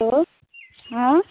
hello हँ